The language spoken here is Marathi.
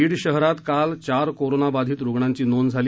बीड शहरात काल चार कोरोनाबाधित रूग्णांची नोंद झाली